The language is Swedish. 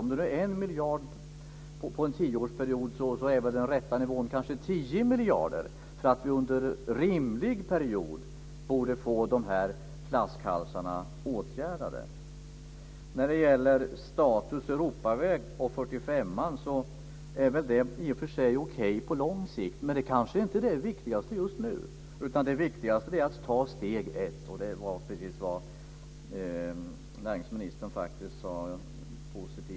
Om vi har 1 miljard på en tioårsperiod så är den rätta nivån kanske 10 miljarder om vi under rimlig period ska kunna få flaskhalsarna åtgärdade. Europavägstatus på 45:an är väl i och för sig okej på lång sikt - men det kanske inte är det viktigaste just nu. Det viktigaste är i stället att ta steg ett, och det sade ju också näringsministern ett positivt ja till.